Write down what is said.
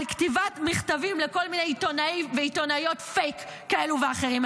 על כתיבת מכתבים לכל מיני עיתונאים ועיתונאיות פייק כאלה ואחרים,